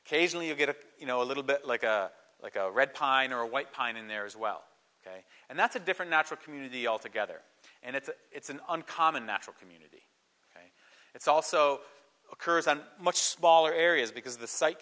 occasionally you get a you know a little bit like a like a red pine or a white pine in there as well ok and that's a different natural community altogether and it's an uncommon natural community it's also occurs on much smaller areas because the site